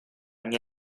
mia